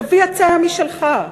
תביא הצעה משלך.